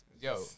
Yo